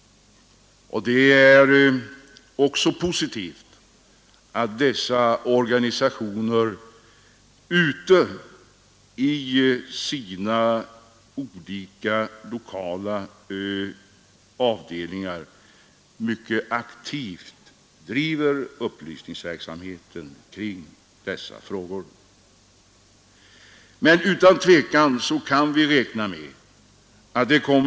Det är vidare mycket positivt att dessa organisationer ute i sina olika lokala avdelningar bedriver en aktiv upplysningsverksamhet kring dessa frågor. Det behövs en sådan verksamhet ute i medlemsorganisationerna.